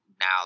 now